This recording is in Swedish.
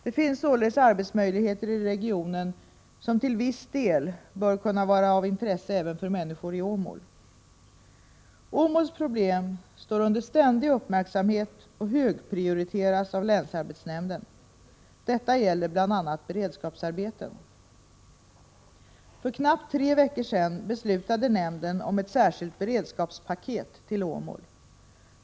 Det finns således arbetsmöjligheter i regionen som till viss del bör kunna vara av intresse även för människor i Åmål. Åmåls problem står under ständig uppmärksamhet och högprioriteras av länsarbetsnämnden. Detta gäller bl.a. beredskapsarbeten. För knappt tre veckor sedan beslutade nämnden om ett särskilt beredskapspaket till Åmål.